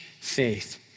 faith